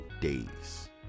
days